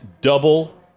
double